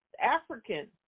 African